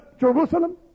Jerusalem